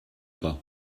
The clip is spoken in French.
pas